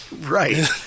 right